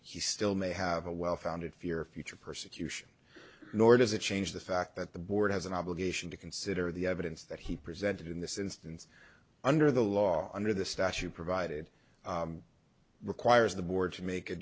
he still may have a well founded fear of future persecution nor does it change the fact that the board has an obligation to consider the evidence that he presented in this instance under the law under the statute provided requires the board to make a